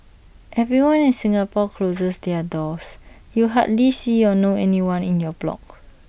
everyone in Singapore closes their doors you hardly see or know anyone in your block